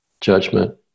judgment